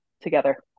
together